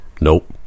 nope